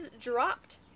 dropped